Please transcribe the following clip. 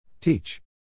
Teach